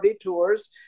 Tours